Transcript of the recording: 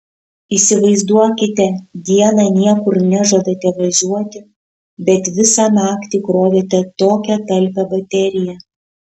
įsivaizduokite dieną niekur nežadate važiuoti bet visą naktį krovėte tokią talpią bateriją